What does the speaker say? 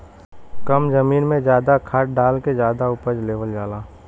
कम जमीन में जादा खाद डाल के जादा उपज लेवल जाला